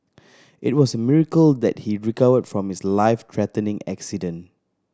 it was a miracle that he recovered from his life threatening accident